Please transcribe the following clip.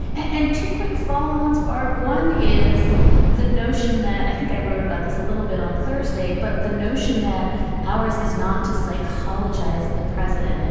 and two quick follow ons, barb. one is the notion that i think i wrote about this a little bit on thursday, but the notion that ours is not to psychologizing the president. like